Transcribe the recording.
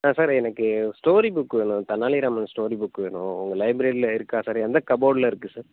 ஆ sir எனக்கு story book வேணும் Tenali Raman story book வேணும் உங்கள் லைப்ரரியில் இருக்கா சார் எந்த கப்போர்டில் இருக்குது சார்